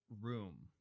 Room